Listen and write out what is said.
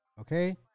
Okay